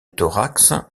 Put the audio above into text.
thorax